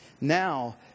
now